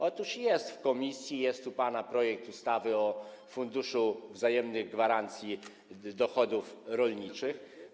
Otóż jest w komisji, jest u pana projekt ustawy o funduszu wzajemnych gwarancji dochodów rolniczych.